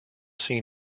seen